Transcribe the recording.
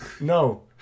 no